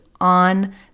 on